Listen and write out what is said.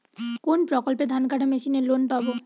কোন প্রকল্পে ধানকাটা মেশিনের লোন পাব?